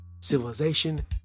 civilization